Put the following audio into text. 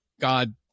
God